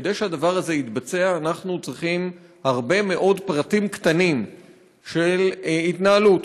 כדי שהדבר הזה יתבצע אנחנו צריכים הרבה מאוד פרטים קטנים של התנהלות.